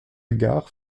gare